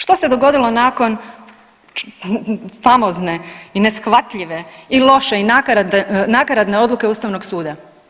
Što se dogodilo nakon famozne i neshvatljive i loše i nakaradne odluke Ustavnog suda?